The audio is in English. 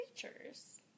creatures